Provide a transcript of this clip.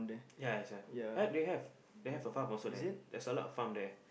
ya I swear had they have they have they have a farm also there there's a lot of farm there